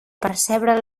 percebre